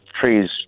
trees